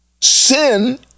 Sin